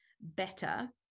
better